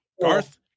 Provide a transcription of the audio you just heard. Garth